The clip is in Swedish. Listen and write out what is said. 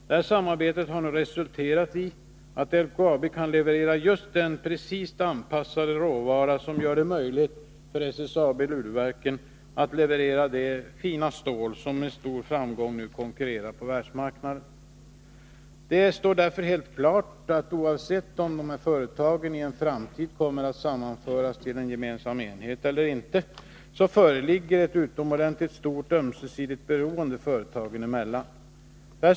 Detta samarbete har nu resulterat i att LKAB kan leverera just den exakt anpassade råvara som gör det möjligt för SSAB Luleverken att leverera det fina stål som nu med stor framgång konkurrerar på världsmarknaden. Detstår därför helt klart, att oavsett om dessa företagi en framtid kommer att sammanföras till en gemensam enhet eller inte, så föreligger ett utomordentligt stort ömsesidigt beroende företagen emellan.